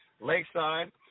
Lakeside